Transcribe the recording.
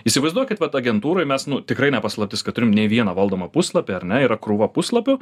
įsivaizduokit vat agentūroj mes nu tikrai ne paslaptis kad turim ne vieną valdomą puslapį ar na yra krūvą puslapių